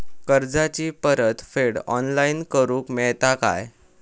कर्जाची परत फेड ऑनलाइन करूक मेलता काय?